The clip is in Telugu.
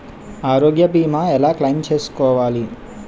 ఆరోగ్య భీమా ఎలా క్లైమ్ చేసుకోవాలి?